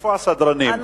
איפה הסדרנים?